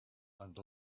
and